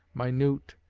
minute,